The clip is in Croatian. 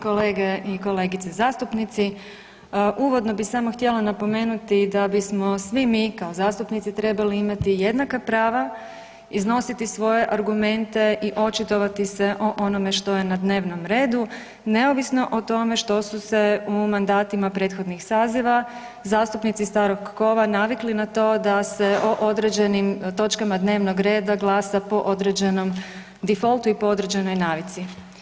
Kolege i kolegice zastupnici, uvodno bi samo htjela napomenuti da bismo svi mi kao zastupnici trebali imati jednaka prava iznositi svoje argumente i očitovati se o onome što je na dnevnom redu neovisno o tome što su se u mandatima prethodnih saziva zastupnici starog kova navikli na to da se o određenim točkama dnevnog reda glasa po određenom defaultu i po određenoj navici.